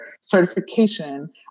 certification